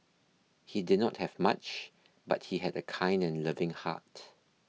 he did not have much but he had a kind and loving heart